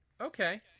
Okay